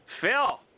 Phil